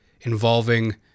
involving